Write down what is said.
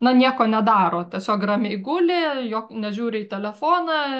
na nieko nedaro tiesiog ramiai guli jo nežiūri į telefoną